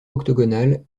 octogonal